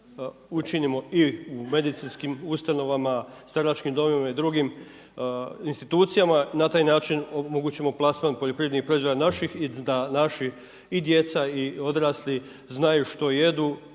učinimo i u medicinskim ustanovama, staračkim domovima i drugim institucijama na taj način omogućimo plasman poljoprivrednih proizvoda naših i da naši i djeca i odrasli znaju što jedu,